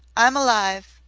i m alive!